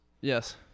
Yes